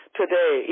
today